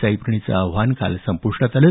sign प्रणीतचं आव्हान काल संपृष्टात आलं